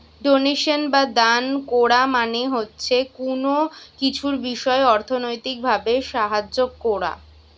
donation বা দান কোরা মানে হচ্ছে কুনো কিছুর বিষয় অর্থনৈতিক ভাবে সাহায্য কোরা